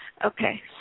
Okay